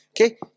Okay